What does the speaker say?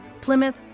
Plymouth